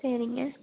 சரிங்க